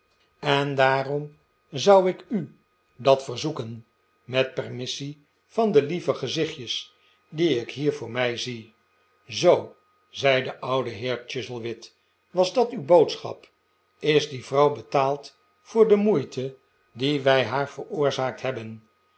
en daarom wou ik u dat verzoeken met permissie van de lieve gezichtjes die ik hier voor mij zie zoo zei de oude heer chuzzlewit was dat uw boodschap is die vrouw betaald voor de moeite die wij haar veroorzaakt hebben